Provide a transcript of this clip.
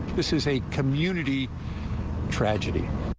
this is a community tragedy.